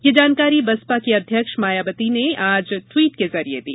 यह जानकारी बसपा की अध्यक्ष मायावती ने आज ट्वीट के जरिए दी